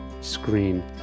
screen